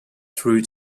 through